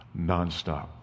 nonstop